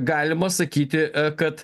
galima sakyti kad